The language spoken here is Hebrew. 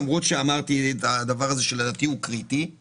למרות שאמרתי את הדבר הזה שהוא לדעתי קריטי,